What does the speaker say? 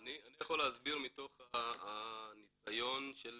אני יכול להסביר מתוך הניסיון של